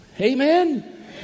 Amen